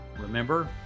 remember